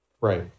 right